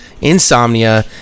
insomnia